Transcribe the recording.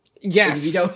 Yes